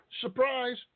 Surprise